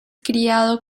criado